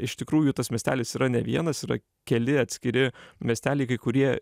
iš tikrųjų tas miestelis yra ne vienas yra keli atskiri miesteliai kai kurie